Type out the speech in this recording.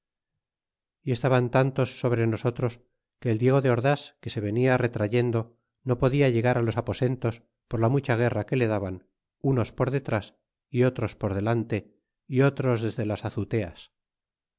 y estaban tantos sobre nosotros que el diego de ordas que se venia retrayendo no podia llegará los aposentos por la mucha guerra que le daban unos por detras y otros por delante y otros desde las azuteas